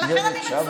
ולכן אני מצויה בו.